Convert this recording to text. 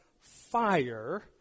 fire